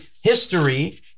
history